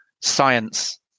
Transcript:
science